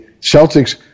Celtics